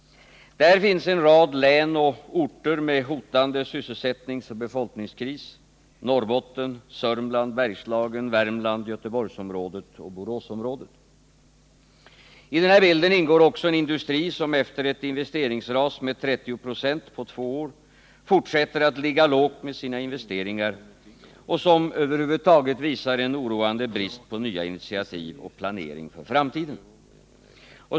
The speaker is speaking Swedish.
Där finns en rad län och orter med hotande sysselsättningsoch befolkningskris — Norrbotten, Sörmland, Bergslagen, Värmland, Göteborgsområdet och Boråsområdet. I den här bilden ingår också en industri, som efter ett investeringsras med 30 96 på två år fortsätter att ligga lågt med sina investeringar och som över huvud taget visar en oroande brist på nya initiativ och planering för framtiden.